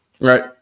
right